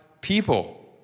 people